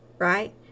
Right